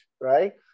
right